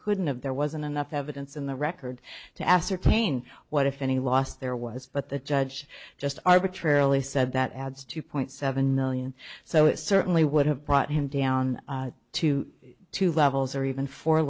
couldn't of there wasn't enough evidence in the record to ascertain what if any loss there was but the judge just arbitrarily said that adds two point seven million so it certainly would have brought him down to two levels or even fo